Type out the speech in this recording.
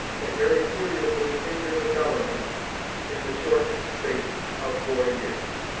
can very seriously injure the government in the short space of four years.